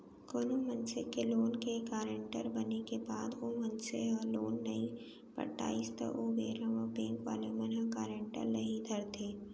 कोनो मनसे के लोन के गारेंटर बने के बाद ओ मनसे ह लोन नइ पटाइस त ओ बेरा म बेंक वाले मन ह गारेंटर ल ही धरथे